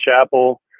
chapel